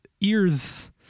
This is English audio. ears